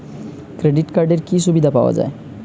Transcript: Credit কার্ডের কি কি সুবিধা পাওয়া যায়?